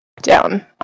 down